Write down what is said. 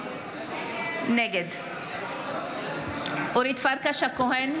נגד אורית פרקש הכהן,